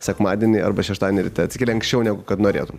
sekmadienį arba šeštadienį ryte atsikeli anksčiau negu kad norėtum